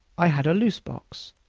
i had a loose box,